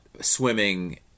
swimming